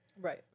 right